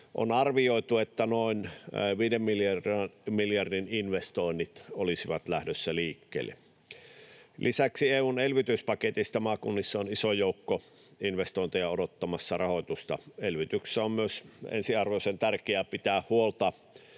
On arvioitu, että noin 5 miljardin investoinnit olisivat lähdössä liikkeelle. Lisäksi maakunnissa on iso joukko investointeja odottamassa rahoitusta EU:n elvytyspaketista. Elvytyksessä on myös esiarvoisen tärkeää pitää huolta,